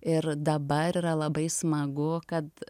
ir dabar yra labai smagu kad